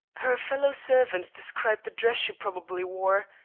her fellow-servants described the dress she probably wore,